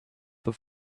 the